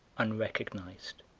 unrecognised.